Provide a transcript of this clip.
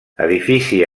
edifici